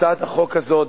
הצעת החוק הזאת,